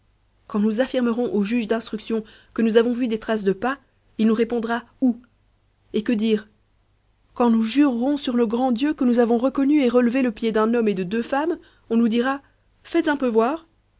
quand nous affirmerons au juge d'instruction que nous avons vu des traces de pas il nous répondra où et que dire quand nous jurerons sur nos grands dieux que nous avons reconnu et relevé le pied d'un homme et de deux femmes on nous dira faites un peu voir